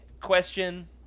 question